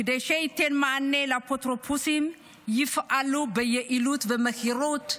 כדי שייתן מענה לאפוטרופוסים שיפעלו ביעילות ובמהירות.